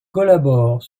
collaborent